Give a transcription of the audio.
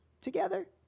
together